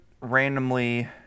randomly